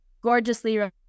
gorgeously